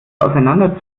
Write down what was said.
auseinander